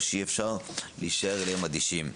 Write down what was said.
שאי אפשר להישאר אליהם אדישים.